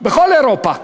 בכל אירופה.